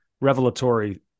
revelatory